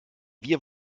wir